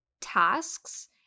tasks